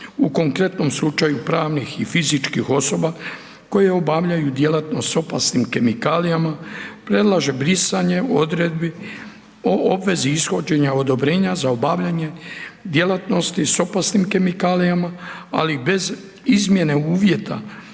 u konkretnom slučaju pravnih i fizičkih osoba koje obavljaju djelatnost s opasnim kemikalijama, predlaže brisanje Odredbi o obvezi ishođenja odobrenja za obavljanje djelatnosti s opasnim kemikalijama, ali bez izmjene uvjeta